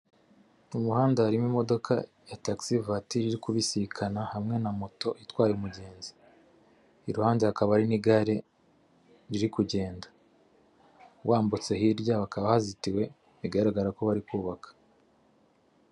Mu muhanda harimo imodoka ya tagisi vatire iri kubisikana hamwe na moto itwaye umugenzi, iruhande hakaba hari n'igare riri kugenda, wambutse hirya hakaba hazitiwe bigaragara ko bari kubaka.